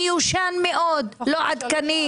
מיושן מאוד, לא עדכני.